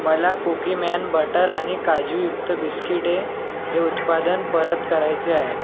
मला Cookieman butter आणि काजूयुक्त बिस्किटे हे उत्पादन परत करायचे आहे